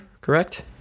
correct